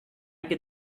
get